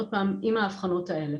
עוד פעם, עם ההבחנות האלה.